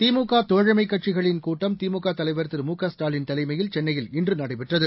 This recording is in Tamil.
திமுக தோழமைக் கட்சிளின் கூட்டம் திமுக தலைவா திரு மு க ஸ்டாலின் தலைமையில் சென்னையில் இன்று நடைபெற்றது